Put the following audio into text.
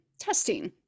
testing